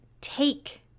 take